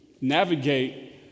navigate